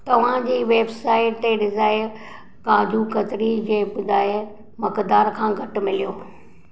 तव्हां जी वेबसाइट ते डिज़ायर काजू कतरी जे ॿुधाय मक़दार खां घटि मिल्यो